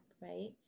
right